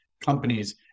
companies